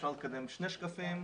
אפשר להתקדם שני שקפים.